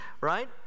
right